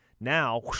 now